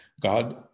God